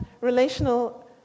relational